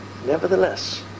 nevertheless